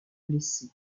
blessé